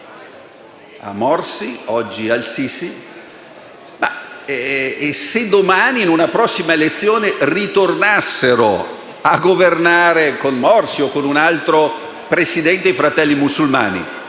a Morsi ad al-Sisi. E se domani, con una prossima elezione, ritornassero a governare - con Morsi o con un altro Presidente - i Fratelli Musulmani?